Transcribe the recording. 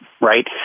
right